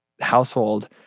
household